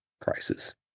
crisis